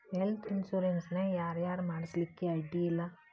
Health insurance ನ ಯಾರ್ ಯಾರ್ ಮಾಡ್ಸ್ಲಿಕ್ಕೆ ಅಡ್ಡಿ ಇಲ್ಲಾ?